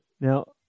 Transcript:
Now